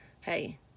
hey